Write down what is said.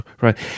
right